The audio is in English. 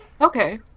Okay